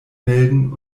melden